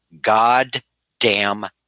goddamn